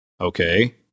Okay